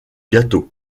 gâteau